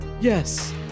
Yes